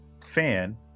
FAN